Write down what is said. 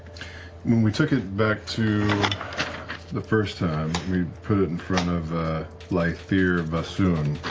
when we took it back to the first time, we put it in front of lythir vasuun.